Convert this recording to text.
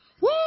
Woo